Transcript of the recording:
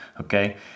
okay